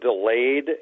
delayed